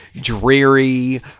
dreary